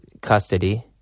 custody